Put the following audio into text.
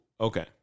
okay